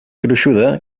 gruixuda